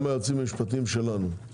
גם מהיועצים המשפטיים שלנו.